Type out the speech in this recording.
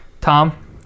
Tom